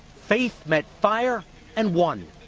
faith met fire and won.